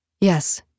Yes